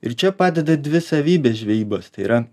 ir čia padeda dvi savybės žvejybos tai yra